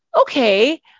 okay